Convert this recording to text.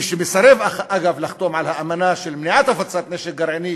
מי שמסרבות לחתום על האמנה למניעת הפצת נשק גרעיני